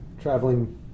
traveling